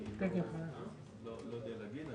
אני לא יודע להגיד.